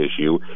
issue